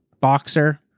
boxer